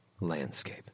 landscape